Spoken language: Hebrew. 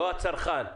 לא הצרכן.